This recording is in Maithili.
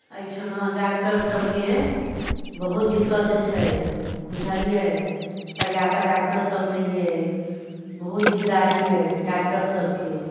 अइठना डॉक्टर सबके बहुत दिक्कत छै बुझलियै सरियाकऽ डॉक्टर सब नहि अइ बहुत दिकदारी यै डॉक्टर सबके